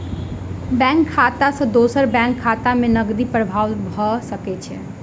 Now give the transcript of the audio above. bank खाता सॅ दोसर बैंक खाता में नकदी प्रवाह भ सकै छै